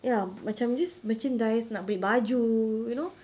ya macam these merchandise nak beli baju you know